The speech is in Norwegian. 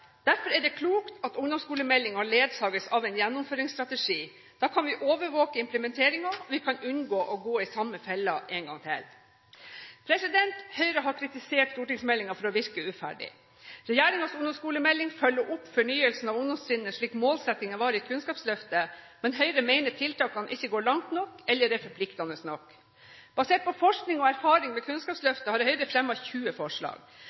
Derfor er det klokt at ungdomsskolemeldingen ledsages av en gjennomføringsstrategi. Da kan vi overvåke implementeringen, og vi kan unngå å gå i samme fella en gang til. Høyre har kritisert stortingsmeldingen for å virke uferdig. Regjeringens ungdomsskolemelding følger opp fornyelsen av ungdomstrinnet slik målsettingen var i Kunnskapsløftet, men Høyre mener tiltakene ikke går langt nok eller er forpliktende nok. Basert på forskning og erfaringer etter Kunnskapsløftet har Høyre fremmet 20 forslag,